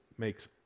makes